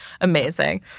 Amazing